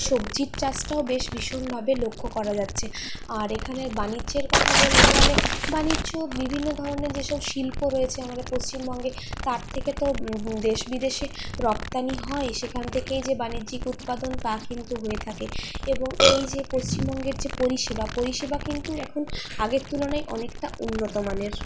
সবজির চাষটাও বেশ ভীষণভাবে লক্ষ্য করা যাচ্ছে আর এখানের বাণিজ্যের কথা বলতে গেলে বাণিজ্য বিভিন্ন ধরনের যেসব শিল্প রয়েছে আমাদের পশ্চিমবঙ্গে তার থেকে তো দেশ বিদেশে রপ্তানি হয় সেখান থেকেই যে বাণিজ্যিক উৎপাদন তা কিন্তু হয়ে থাকে এবং এই যে পশ্চিমবঙ্গের যে পরিষেবা পরিষেবা কিন্তু এখন আগের তুলনায় অনেকটা উন্নতমানের